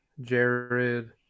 Jared